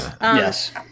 yes